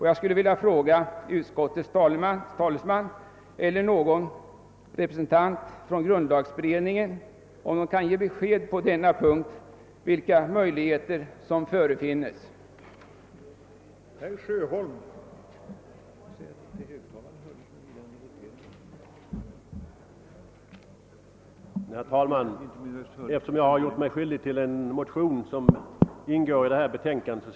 Jag skulle vilja fråga utskottets talesman eller någon representant för grundlagberedningen, om vi kan få besked om vilka möjligheter som förefinns på denna punkt.